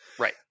right